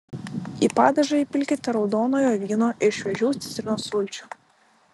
į padažą įpilkite raudonojo vyno ir šviežių citrinos sulčių